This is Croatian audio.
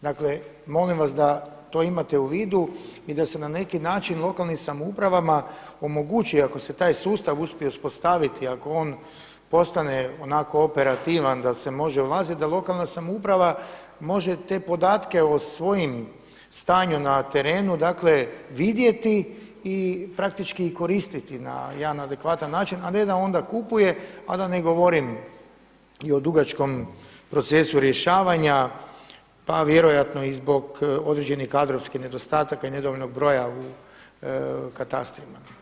Dakle molim vas da to imate u vidu i da se na neki način lokalnim samoupravama omogući ako se taj sustav uspije uspostaviti i ako on postane onako operativan da se može ulaziti da lokalna samouprava može te podatke o svojim stanju na terenu vidjeti i praktički koristiti na jedan adekvatan način, a ne da onda kupuje, a da ne govorim i o dugačkom procesu rješavanja pa vjerojatno i zbog određenih kadrovskih nedostataka i nedovoljnog broja u katastrima.